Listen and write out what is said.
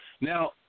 Now